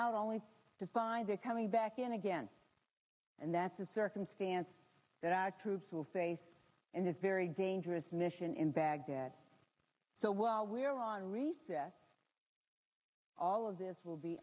out only to find they're coming back in again and that's a circumstance that our troops will face in a very dangerous mission in baghdad so while we're on recess all of this will be